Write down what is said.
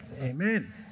amen